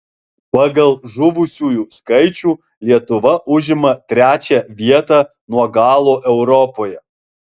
pagal žuvusiųjų skaičių lietuva užima trečią vietą nuo galo europoje